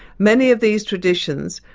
many of these traditions,